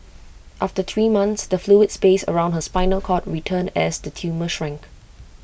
after three months the fluid space around her spinal cord returned as the tumour shrank